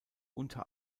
unter